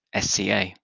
SCA